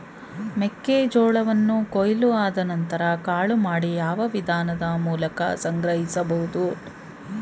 ಮೆಕ್ಕೆ ಜೋಳವನ್ನು ಕೊಯ್ಲು ಆದ ನಂತರ ಕಾಳು ಮಾಡಿ ಯಾವ ವಿಧಾನದ ಮೂಲಕ ಸಂಗ್ರಹಿಸಬಹುದು?